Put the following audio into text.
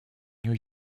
new